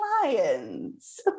clients